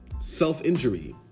self-injury